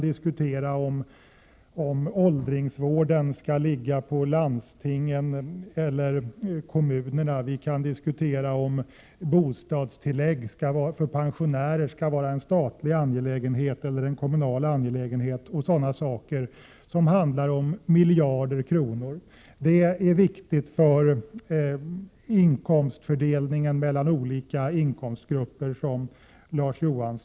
Vi kan t.ex. diskutera huruvida åldringsvården skall ligga på landstingen eller kommunerna, huruvida bostadstilläggen för pensionärer skall vara en statlig eller en kommunal angelägenhet etc. I sådana diskussioner handlar det ofta ofta om miljarder kronor. I dessa frågor är det, som Larz Johansson nämnde, viktigt att beakta inkomstfördelningen mellan olika grupper av inkomsttagare.